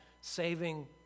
saving